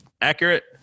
accurate